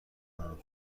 کنم